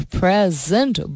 present